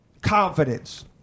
confidence